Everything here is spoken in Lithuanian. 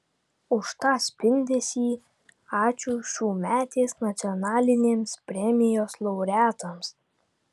už tą spindesį ačiū šiųmetės nacionalinėms premijos laureatams